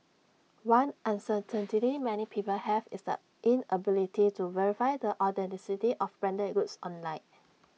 one uncertainty many people have is the inability to verify the authenticity of branded goods online